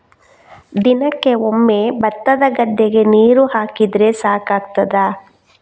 ದಿನಕ್ಕೆ ಒಮ್ಮೆ ಭತ್ತದ ಗದ್ದೆಗೆ ನೀರು ಹಾಕಿದ್ರೆ ಸಾಕಾಗ್ತದ?